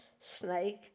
snake